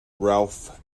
ralph